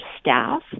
staff